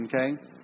Okay